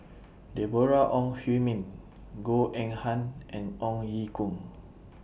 Deborah Ong Hui Min Goh Eng Han and Ong Ye Kung